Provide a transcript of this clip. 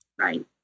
Right